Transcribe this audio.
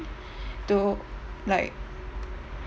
to like